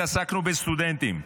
התעסקנו בסטודנטים,